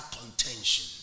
contention